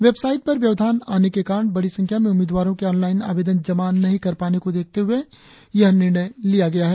website पर व्यवधान आने के कारण बड़ी संख्या में उम्मीदवारों के ऑनलाइन आवेदन जमा नहीं कर पाने को देखते हुए यह निर्णय किया गया है